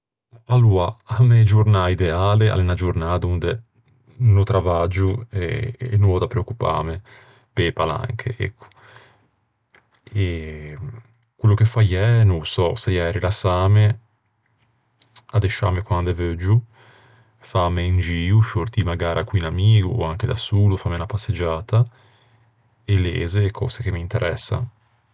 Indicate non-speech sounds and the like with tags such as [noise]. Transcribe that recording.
Aloa, a mæ giornâ ideale a l'é unna giornâ donde no travaggio e no ò da preoccupâme pe-e palanche, ecco. [hesitation] Quello che faiæ no ô sò, saiæ rilassâme, addesciâme quande veuggio, fâme un gio, sciortî magara con un amigo, ò anche da solo, fâme unna passeggiata, e leze e cöse che m'interessan.